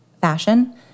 fashion